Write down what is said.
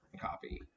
copy